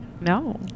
no